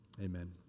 amen